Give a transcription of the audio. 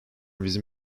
bizim